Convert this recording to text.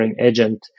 agent